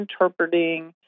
interpreting